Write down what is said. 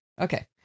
Okay